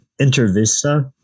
InterVista